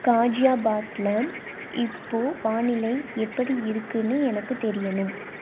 காஜியாபாத்தில் இப்போது வானிலை எப்படி இருக்குதுன்னு எனக்கு தெரியணும்